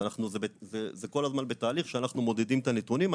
זה כל הזמן בתהליך שאנחנו מודדים את הנתונים.